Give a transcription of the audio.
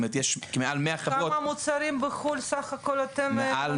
כמה מוצרים בחו"ל סך הכול אתם --- מעל